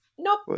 Nope